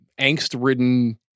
angst-ridden